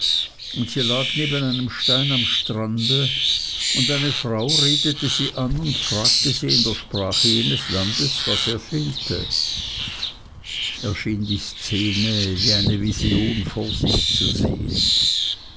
und sie lag neben einem stein am strande und eine frau redete sie an und fragte sie in der sprache jenes landes was ihr fehlte er schien die szenen wie eine vision vor sich zu sehen